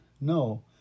No